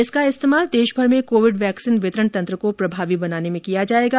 इसका इस्तेमाल देशभर में कोविड वैक्सीन वितरण तंत्र को प्रभावी बनाने में किया जाएगा